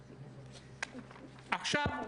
הכול,